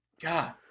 God